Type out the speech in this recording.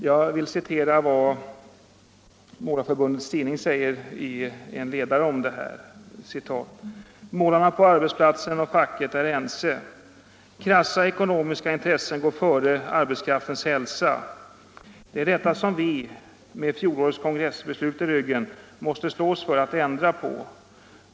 Jag vill här citera vad man på ledarplats i Målareförbundets tidning säger om detta: ”Målarna på arbetsplatsen och facket är ense: krassa ekonomiska intressen går före arbetskraftens hälsa. Det är detta som vi, med fjolårets kongressbeslut i ryggen, måste slåss för att ändra på.